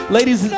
Ladies